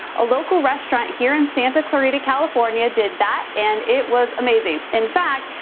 a local restaurant here in santa clarita, california, did that and it was amazing. in fact,